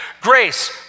grace